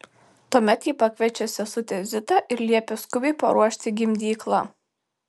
tuomet ji pakviečia sesutę zitą ir liepia skubiai paruošti gimdyklą